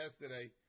yesterday